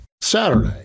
Saturday